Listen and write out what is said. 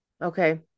Okay